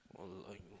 all !aiyo!